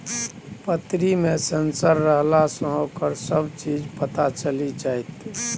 पतरी मे सेंसर रहलासँ ओकर सभ चीज पता चलि जाएत